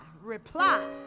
reply